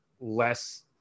less